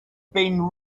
been